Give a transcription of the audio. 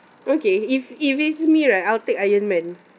okay if if it's me right I'll take iron man